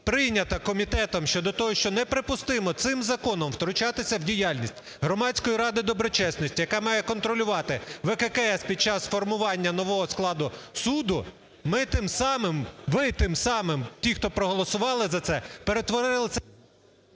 прийнята комітетом щодо того, що неприпустимо цим законом втручатися в діяльність Громадської ради доброчесності, яка має контролювати ВККС під час формування нового складу суду, ми тим самим, ви тим самим, ті, хто проголосували за це, перетворили